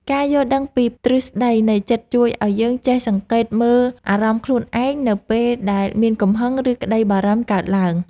ការយល់ដឹងពីទ្រឹស្តីនៃចិត្តជួយឱ្យយើងចេះសង្កេតមើលអារម្មណ៍ខ្លួនឯងនៅពេលដែលមានកំហឹង ឬ ក្តីបារម្ភកើតឡើង។